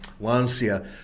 Lancia